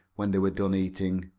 when they were done eating.